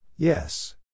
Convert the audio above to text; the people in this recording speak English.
Yes